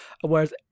whereas